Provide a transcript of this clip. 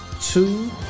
two